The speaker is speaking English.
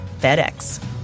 FedEx